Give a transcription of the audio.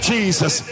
Jesus